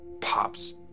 Pops